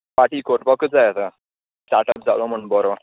party करपाकूच जाय आतां स्टार्टआप जालो म्हूण बरो